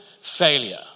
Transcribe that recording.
failure